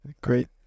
Great